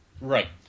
right